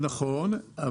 נכון.